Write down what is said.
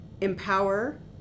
empower